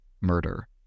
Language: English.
Murder